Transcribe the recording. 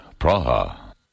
Praha